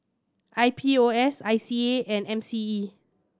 I P O S I C A and M C E